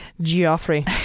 Geoffrey